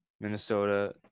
Minnesota